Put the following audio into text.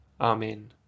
Amen